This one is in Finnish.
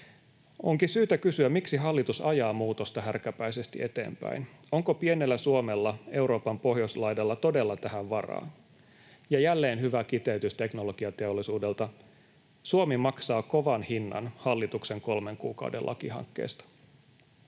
Onkin syytä kysyä, miksi hallitus ajaa muutosta härkäpäisesti eteenpäin. Onko pienellä Suomella Euroopan pohjoislaidalla todella tähän varaa? Ja jälleen hyvä kiteytys Teknologiateollisuudelta: ”Suomi maksaa kovan hinnan hallituksen kolmen kuukauden lakihankkeesta.”